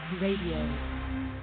Radio